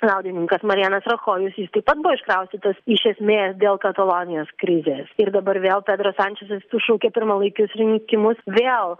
liaudininkas marijanas rachojus jis taip pat buvo iškraustytas iš esmės dėl katalonijos krizės ir dabar vėl pedras sančesas sušaukė pirmalaikius rinkimus vėl